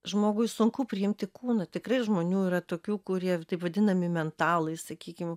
žmogui sunku priimti kūnu tikrai žmonių yra tokių kurie taip vadinami metalais sakykim